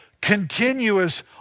Continuous